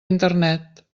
internet